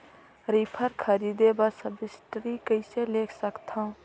Reaper खरीदे बर subsidy कइसे ले सकथव?